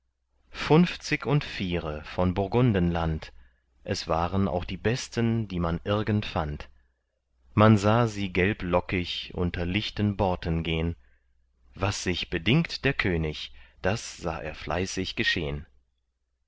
funfzig und viere von burgundenland es waren auch die besten die man irgend fand man sah sie gelblockig unter lichten borten gehn was sich bedingt der könig das sah er fleißig geschehn